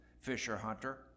Fisher-Hunter